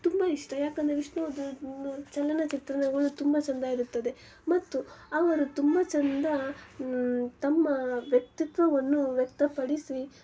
ತುಂಬ ಇಷ್ಟ ಯಾಕಂದರೆ ವಿಷ್ಣುವರ್ಧನ್ನ ಚಲನಚಿತ್ರಗಳು ತುಂಬ ಚೆಂದ ಇರುತ್ತದೆ ಮತ್ತು ಅವರು ತುಂಬ ಚೆಂದ ತಮ್ಮ ವ್ಯಕ್ತಿತ್ವವನ್ನು ವ್ಯಕ್ತಪಡಿಸಿ